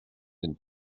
and